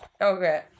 Okay